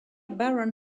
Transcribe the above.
baran